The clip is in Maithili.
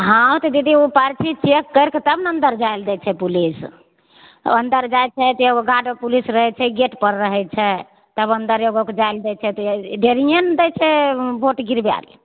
हाँ तऽ दीदी उ पर्ची चेक करिकऽ तब ने अन्दर जाइल दै छै पुलिस अन्दर जाइ छै तऽ एगो गार्ड पुलिस रहय छै गेटपर रहय छै तब अन्दर एगो कऽ जाइल दै छै तऽ देरिये ने दै छै वोट गिरबय लेल